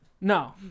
No